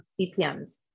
CPMs